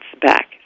back